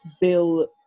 Bill